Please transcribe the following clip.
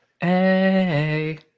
Hey